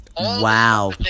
Wow